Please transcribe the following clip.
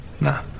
nah